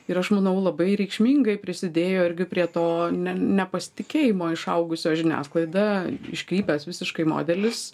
ir aš manau labai reikšmingai prisidėjo irgi prie to nepasitikėjimo išaugusio žiniasklaida iškrypęs visiškai modelis